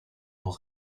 nur